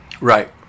Right